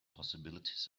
possibilities